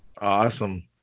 Awesome